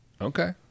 Okay